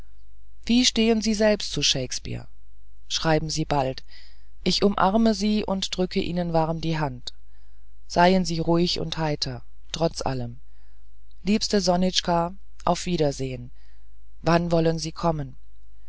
wie stehen sie selbst zu shakespeare schreiben sie bald ich umarme sie und drücke ihnen warm die hand seien sie ruhig und heiter trotz alledem liebste sonitschka auf wiedersehen wann wollen sie kommen